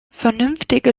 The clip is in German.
vernünftige